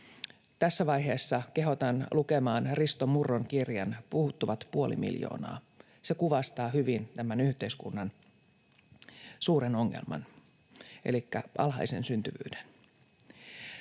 Tässä vaiheessa kehotan lukemaan Risto Murron kirjan Puuttuvat puoli miljoonaa. Se kuvastaa hyvin tämän yhteiskunnan suuren ongelman elikkä alhaisen syntyvyyden.